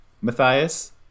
matthias